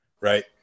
Right